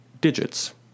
digits